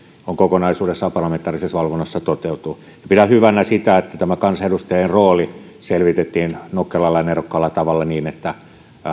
on kokonaisuudessaan parlamentaarisessa valvonnassa toteutuu pidän hyvänä sitä että kansanedustajien rooli selvitettiin nokkelalla ja nerokkaalla tavalla niin että